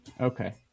okay